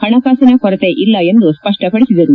ಪಣಕಾಸಿನ ಕೊರತೆ ಇಲ್ಲ ಎಂದು ಸ್ಪಪ್ಪಪಡಿಸಿದರು